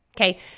okay